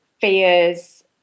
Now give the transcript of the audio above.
fears